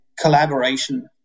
collaboration